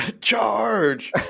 charge